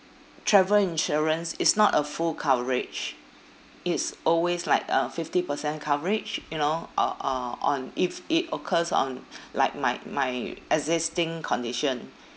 travel insurance it's not a full coverage it's always like a fifty percent coverage you know or uh on if it occurs on like my my existing condition